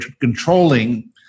controlling